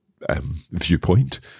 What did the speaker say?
viewpoint